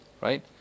right